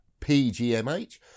pgmh